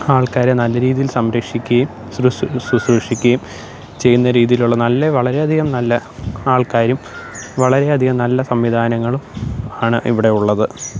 ആള്ക്കാരെ നല്ല രീതിയില് സംരക്ഷിക്കുകയും സൃശ്രു ശുശ്രൂഷിക്കുകയും ചെയ്യുന്ന രീതിയിലുള്ള നല്ല വളരെയധികം നല്ല ആള്ക്കാരും വളരെയധികം നല്ല സംവിധാനങ്ങളും ആണ് ഇവിടെ ഉള്ളത്